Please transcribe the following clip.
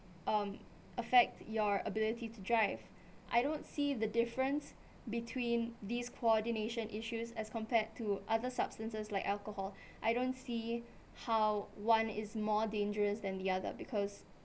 um affect your ability to drive I don't see the difference between these coordination issues as compared to other substances like alcohol I don't see how one is more dangerous than the other because